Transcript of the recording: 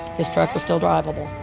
his truck was still drivable.